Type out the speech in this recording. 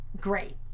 great